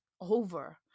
over